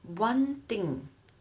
one thing